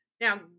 Now